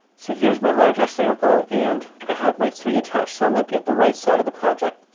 so here's my larger sample and i have my three attached. so i'm looking at the right side of the project.